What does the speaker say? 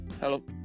Hello